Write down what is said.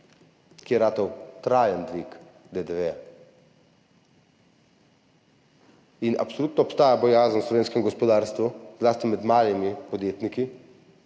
ki je postal trajen dvig DDV. Absolutno obstaja bojazen v slovenskem gospodarstvu, zlasti med malimi podjetniki,